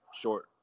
short